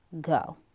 go